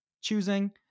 choosing